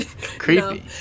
Creepy